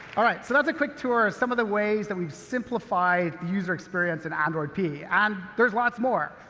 alright, so that's a quick tour of some of the ways that we've simplified user experience in android p. and there's lots more.